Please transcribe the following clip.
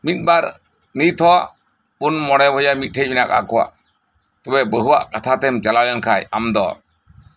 ᱢᱤᱫ ᱵᱟᱨ ᱱᱤᱛ ᱦᱚᱸ ᱯᱩᱱ ᱢᱚᱬᱮ ᱵᱚᱭᱦᱟ ᱢᱤᱫ ᱴᱷᱮᱱ ᱢᱮᱱᱟᱜ ᱟᱠᱟᱜ ᱠᱚᱣᱟ ᱛᱚᱵᱮ ᱵᱟᱦᱩᱣᱟᱜ ᱠᱟᱛᱷᱟ ᱛᱮᱢ ᱪᱟᱞᱟᱣᱮᱱ ᱠᱷᱟᱱ ᱟᱢ ᱫᱚ